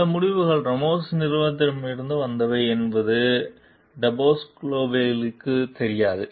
சில முடிவுகள் ராமோஸின் நிறுவனத்திடமிருந்து வந்தவை என்பது டெபாஸ்குவேலுக்கு தெரியாது